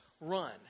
Run